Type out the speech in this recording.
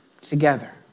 together